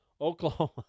Oklahoma